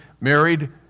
married